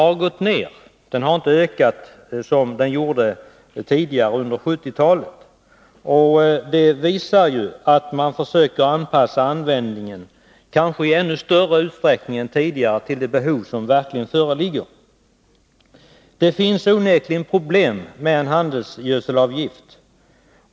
Den har inte ökat som den gjorde tidigare, under 1970-talet. Det visar att man försöker anpassa användningen, i kanske ännu större utsträckning än tidigare, till det behov som verkligen föreligger. Det finns onekligen problem med en handelsgödselavgift.